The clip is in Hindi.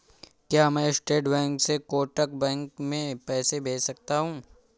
क्या मैं स्टेट बैंक से कोटक बैंक में पैसे भेज सकता हूँ?